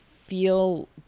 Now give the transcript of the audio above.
feel